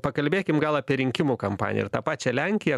pakalbėkim gal apie rinkimų kampaniją ir tą pačią lenkiją